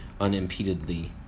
unimpededly